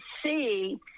see